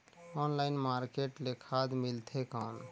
Online market ले खाद मिलथे कौन?